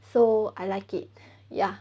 so I like it ya